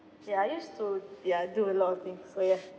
ya I used to ya do a lot of things so ya